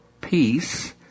peace